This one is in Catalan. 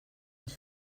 ens